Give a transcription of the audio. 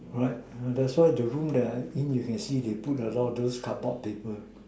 all right uh that's why the room that I'm in you can see they put a lot those card board paper